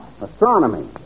Astronomy